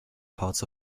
parts